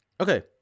Okay